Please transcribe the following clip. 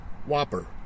Whopper